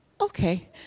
okay